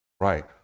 Right